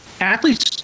athletes